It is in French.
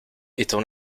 étend